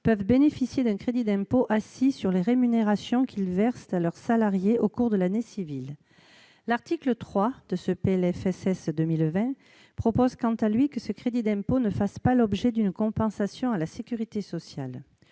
peuvent bénéficier d'un crédit d'impôt assis sur les rémunérations qu'ils versent à leurs salariés au cours de l'année civile. » L'article 3 du PLFSS pour 2020 propose, quant à lui, que ce crédit d'impôt ne fasse pas l'objet d'une compensation à la sécurité sociale.